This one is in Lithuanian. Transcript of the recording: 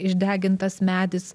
išdegintas medis